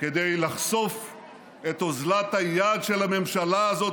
כדי לחשוף את אוזלת היד של הממשלה הזאת